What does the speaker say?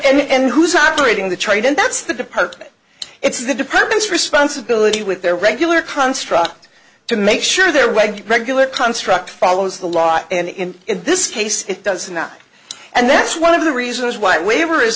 who's operating the train and that's the depart it's the department's responsibility with their regular construct to make sure their regular construct follows the law and in this case it does not and that's one of the reasons why waiver is